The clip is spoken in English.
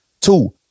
Two